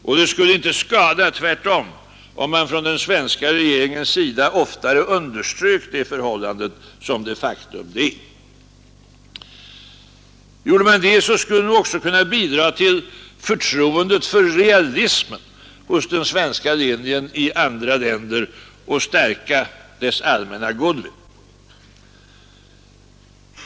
Och det skulle inte skada, tvärtom, om man från den svenska regeringens sida oftare underströk det förhållandet som det faktum det är. Gjorde man det skulle vi också kunna bidra till förtroendet i andra länder för realismen hos den svenska säkerhetspolitiken och vi skulle stärka dess allmänna goodwill.